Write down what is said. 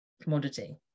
commodity